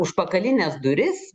užpakalines duris